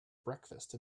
breakfast